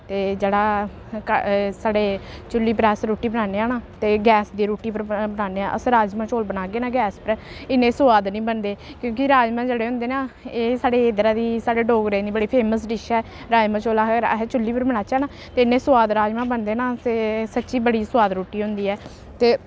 ते जेह्ड़ा साढ़े चु'ल्ली पर अस रुट्टी बनान्ने आं ना ते गैस दी रुट्टी पर बनान्ने आं अस राजमांह् चौल बनागे ना गैस उप्पर इन्ने सोआद निं बनदे क्योंकि राजमांह् जेह्ड़े होंदे ना एह् साढ़े इद्धरा दी साढ़े डोगरें दी बड़ी फेमस डिश ऐ राजमांह् चौल अगर अस चु'ल्ली पर बनाचै ना ते इन्ने सोआद राजमांह् बनदे ना ते सच्ची बड़ी सोआद रुट्टी होंदी ऐ ते